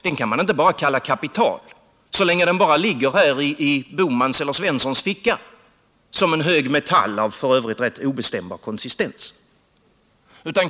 Den kan man inte kalla kapital så länge den bara ligger i herr Bohmans eller Svenssons ficka som en hög av metall av f. ö. rätt obestämbar konsistens.